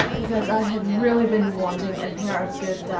because i have really been wanting a pair of good,